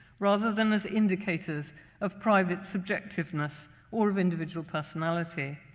rather than as indicators of private subjectiveness or of individual personality.